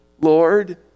Lord